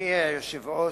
אדוני היושב-ראש,